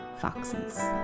foxes